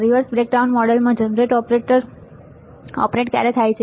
reverse breakdown મોડલમાં generated operate ક્યારે થાય છે